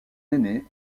aîné